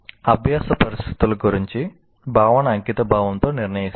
అభ్యాస పరిస్థితుల గురించి భావన అంకితభావంతో నిర్ణయిస్తుంది